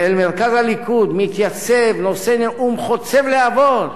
אל מרכז הליכוד, מתייצב, נושא נאום חוצב להבות,